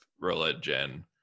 religion